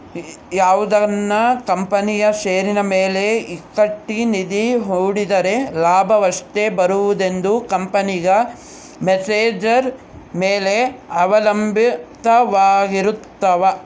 ಯಾವುದನ ಕಂಪನಿಯ ಷೇರಿನ ಮೇಲೆ ಈಕ್ವಿಟಿ ನಿಧಿ ಹೂಡಿದ್ದರೆ ಲಾಭವೆಷ್ಟು ಬರುವುದೆಂದು ಕಂಪೆನೆಗ ಮ್ಯಾನೇಜರ್ ಮೇಲೆ ಅವಲಂಭಿತವಾರಗಿರ್ತವ